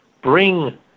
bring